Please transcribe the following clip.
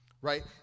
right